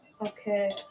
Okay